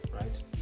right